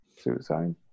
suicide